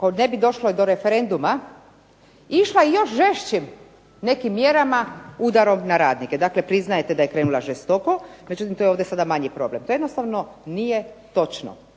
kada ne bi došlo do referenduma išla žešćim mjerama udarom na radnike, dakle priznajete da je krenula žestoko, no to je sada ovdje manji problem, to jednostavno nije točno.